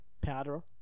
powder